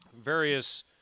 various